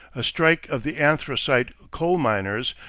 a strike of the anthracite coal miners,